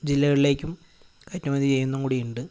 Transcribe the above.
ജില്ലകളിലേക്കും കയറ്റുമതി ചെയ്യുന്നും കൂടി ഉണ്ട്